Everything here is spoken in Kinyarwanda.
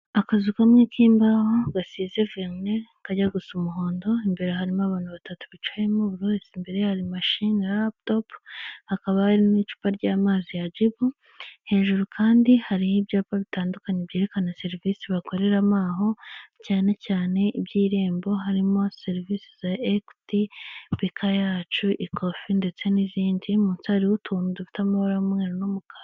Akazu kamwe k'imbaho gasize verine kajya gusa umuhondo, imbere harimo abantu batatu bicayemo, buri wese imbere ye hari imashini ya laputopu, hakaba hari n'icupa ry'amazi ya Jibu, hejuru kandi hariho ibyapa bitandukanye byerekana serivisi bakoreramo aho, cyane cyane iby'irembo, harimo serivisi za Ekwiti, Beka yacu, Ikofi ndetse n'izindi. Munsi hariho utuntu dufite amabara y'umweru n'umukara.